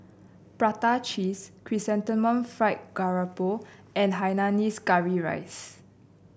Prata Cheese Chrysanthemum Fried Garoupa and Hainanese Curry Rice